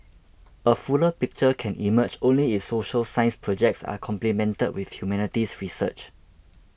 a fuller picture can emerge only if social science projects are complemented with humanities research